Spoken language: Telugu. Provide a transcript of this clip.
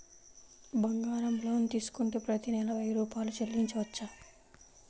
బంగారం లోన్ తీసుకుంటే ప్రతి నెల వెయ్యి రూపాయలు చెల్లించవచ్చా?